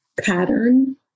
pattern